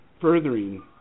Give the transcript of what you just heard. furthering